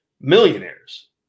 millionaires